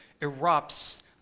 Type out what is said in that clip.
erupts